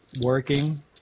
working